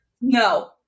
No